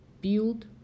build